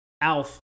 Alf